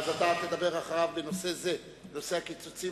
אתה תדבר אחריו בנושא זה, נושא הקיצוצים,